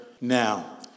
now